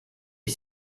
est